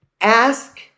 ask